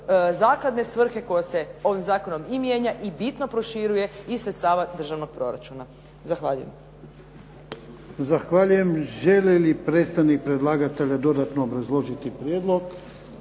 zakladne svrhe koja se ovim zakonom i mijenja i bitno proširuje iz sredstava državnog proračuna. Zahvaljujem. **Jarnjak, Ivan (HDZ)** Zahvaljujem. Želi li predstavnik predlagatelja dodatno obrazložiti prijedlog?